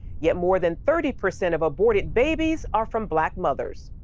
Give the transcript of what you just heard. yeah more than thirty percent of aborted babies are from black mothers.